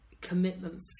commitment